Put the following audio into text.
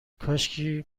کاشکی